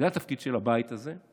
זה התפקיד של הבית הזה,